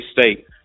State